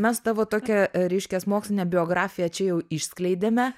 mes tavo tokią reiškias mokslinę biografiją čia jau išskleidėme